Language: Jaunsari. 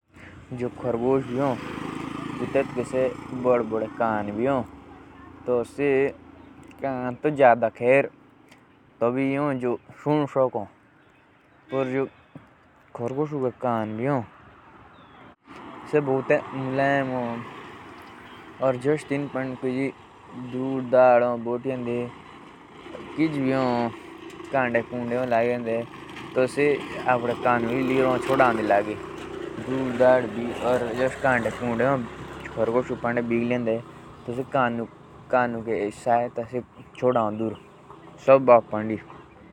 खरगोश के बड़े बड़े कान तेत्तुक चोकस रोनोक और दूर के काम आवाज सुनणोक हो। जेत्तलिया से चोरचोरो होन।